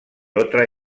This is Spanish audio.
otra